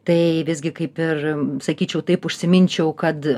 tai visgi kaip ir sakyčiau taip užsiminčiau kad